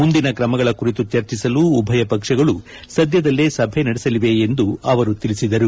ಮುಂದಿನ ತ್ರಮಗಳ ಕುರಿತು ಚರ್ಚಿಸಲು ಉಭಯ ಪಕ್ಷಗಳು ಸದ್ತದಲ್ಲೆ ಸಭೆ ನಡೆಸಲಿವೆ ಎಂದು ಅವರು ಹೇಳಿದರು